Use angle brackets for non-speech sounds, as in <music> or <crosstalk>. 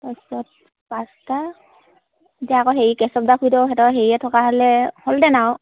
তাৰপিছত পাঁচটা এতিয়া আকৌ হেৰি কেচব দাক <unintelligible> থকা হ'লে হ'লহেঁতেন আৰু